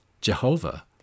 Jehovah